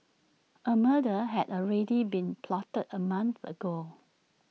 A murder had already been plotted A month ago